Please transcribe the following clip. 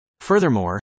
Furthermore